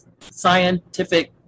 scientific